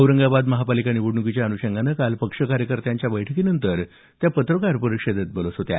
औरंगाबाद महापालिका निवडण्कीच्या अनुषंगानं काल पक्ष कार्यकर्त्यांच्या बैठकीनंतर त्या पत्रकार परिषदेत बोलत होत्या